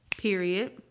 Period